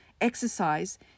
exercise